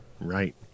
right